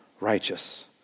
righteous